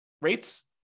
rates